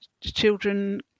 children